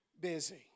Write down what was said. busy